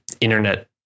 internet